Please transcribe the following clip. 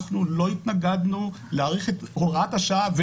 אנחנו לא התנגדנו להאריך את הוראת השעה,